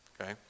Okay